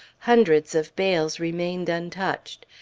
hundreds of bales remained untouched.